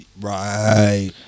Right